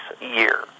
year